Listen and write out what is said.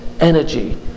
energy